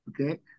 okay